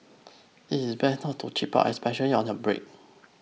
it's better to cheap out especially on your brake